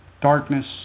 darkness